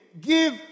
give